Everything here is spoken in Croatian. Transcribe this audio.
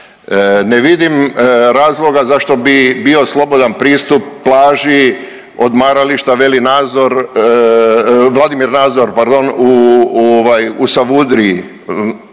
Ne vidim razloga zašto bi bio slobodan pristup plaži Odmarališta Veli Nazor, Vladimir